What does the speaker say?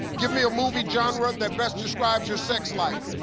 give me a movie genre that best describes your sex life.